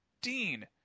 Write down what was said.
Dean